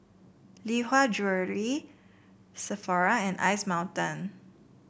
Lee Hwa Jewellery Sephora and Ice Mountain